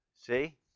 See